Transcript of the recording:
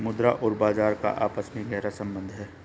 मुद्रा और बाजार का आपस में गहरा सम्बन्ध है